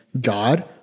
God